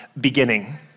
beginning